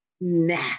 nah